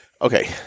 Okay